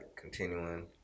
continuing